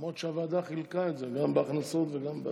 למרות שהוועדה חילקה את זה גם בהכנסות וגם,